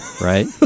right